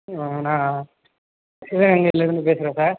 ஆ நான் சிவகங்கையிலேருந்து பேசுகிறேன் சார்